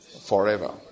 forever